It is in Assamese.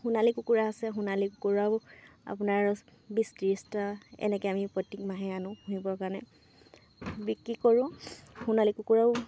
সোণালী কুকুৰা আছে সোণালী কুকুৰাও আপোনাৰ বিছ ত্ৰিছটা এনেকৈ আমি প্ৰত্যেক মাহে আনো পুহিবৰ কাৰণে বিক্ৰী কৰোঁ সোণালী কুকুৰাও